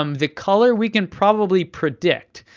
um the color we can probably predict.